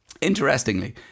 Interestingly